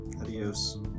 Adios